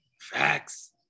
Facts